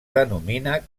denomina